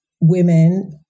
women